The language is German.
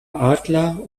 adler